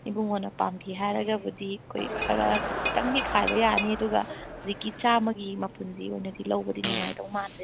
ꯏꯕꯨꯡꯉꯣꯅ ꯄꯥꯝꯕꯤ ꯍꯥꯏꯔꯒꯕꯨꯗꯤ ꯑꯩꯈꯣꯏ ꯈꯔ ꯈꯤꯇꯪꯗꯤ ꯈꯥꯏꯕ ꯌꯥꯅꯤ ꯑꯗꯨꯒ ꯍꯧꯖꯤꯛꯀꯤ ꯆꯥꯝꯃꯒꯤ ꯃꯄꯨꯟꯁꯤ ꯑꯣꯏꯅꯗꯤ ꯂꯧꯕꯗꯤ ꯅꯨꯡꯉꯥꯏꯗꯧ ꯃꯥꯟꯗ꯭ꯔꯦꯕꯣ